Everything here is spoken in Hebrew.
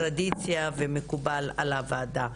טרדיציה והוא מקובל על הוועדה.